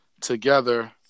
together